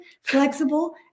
flexible